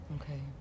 okay